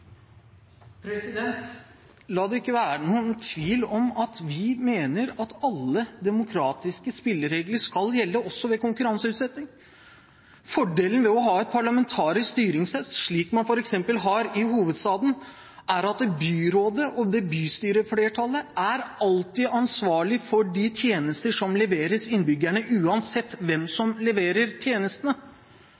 La det ikke være noen tvil om at vi mener at alle demokratiske spilleregler skal gjelde også ved konkurranseutsetting. Fordelen ved å ha et parlamentarisk styringssett, slik man f.eks. har i hovedstaden, er at byrådet og bystyreflertallet alltid er ansvarlig for de tjenester som leveres innbyggerne uansett hvem som leverer tjenestene.